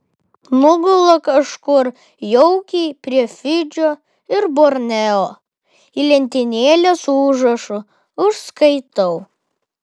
nugula kažkur jaukiai prie fidžio ir borneo į lentynėlę su užrašu užskaitau